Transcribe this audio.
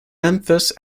memphis